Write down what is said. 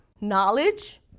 Knowledge